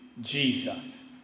Jesus